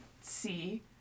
see